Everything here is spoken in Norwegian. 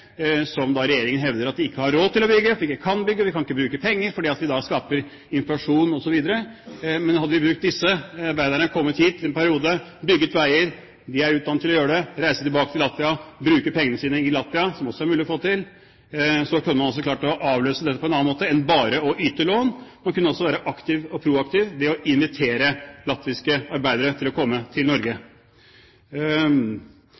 regjeringen hevder at de ikke har råd til å bygge, at de ikke kan bygge, og vi kan ikke bruke penger, fordi vi da skaper inflasjon osv. Men hadde vi brukt disse arbeiderne, latt dem komme hit en periode, bygd veier – de er utdannet til å gjøre det – reise tilbake til Latvia, bruke pengene sine i Latvia, som også er mulig å få til, kunne man altså ha klart å løse dette på en annen måte enn ved bare å yte lån. Man kunne også være aktiv og proaktiv ved å invitere latviske arbeidere til å komme til Norge.